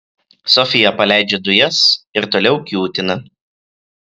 sofija paleidžia dujas ir toliau kiūtina